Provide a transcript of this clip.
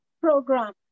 program